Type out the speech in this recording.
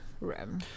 room